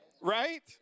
right